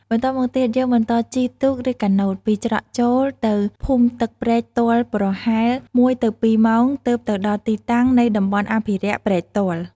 បន្ទាប់មកទៀតយើងបន្តជិះទូកឬការណូតពីច្រកចូលទៅភូមិទឹកព្រែកទាល់ប្រហែល ១ទៅ២ម៉ោងទើបទៅដល់ទីតាំងនៃតំបន់អភិរក្សព្រែកទាល់។